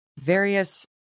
various